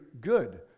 good